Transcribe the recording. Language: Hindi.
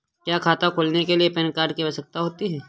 क्या खाता खोलने के लिए पैन कार्ड की आवश्यकता होती है?